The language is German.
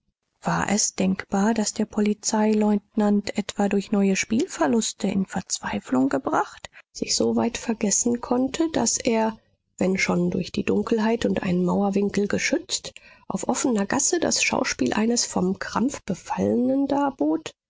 war es denkbar daß der polizeileutnant etwa durch neue spielverluste in verzweiflung gebracht sich so weit vergessen konnte daß er wennschon durch die dunkelheit und einen mauerwinkel geschützt auf offener gasse das schauspiel eines vom krampf befallenen darbot